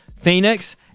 Phoenix